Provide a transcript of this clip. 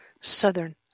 Southern